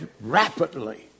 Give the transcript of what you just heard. rapidly